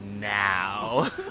now